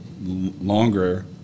longer